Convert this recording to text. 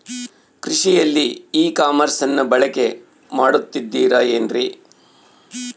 ಕೃಷಿಯಲ್ಲಿ ಇ ಕಾಮರ್ಸನ್ನ ಬಳಕೆ ಮಾಡುತ್ತಿದ್ದಾರೆ ಏನ್ರಿ?